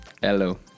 hello